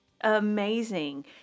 Amazing